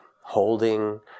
holding